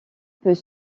peut